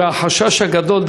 והחשש הגדול הוא,